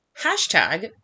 hashtag